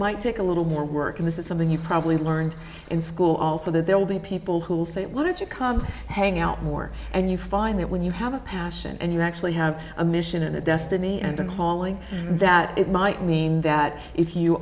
might take a little more work and this is something you probably learned in school also that there will be people who will say why did you come paying out more and you find that when you have a passion and you actually have a mission and a destiny and in hauling that it might mean that if you